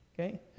Okay